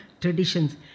traditions